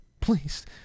Please